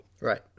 Right